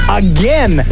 again